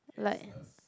like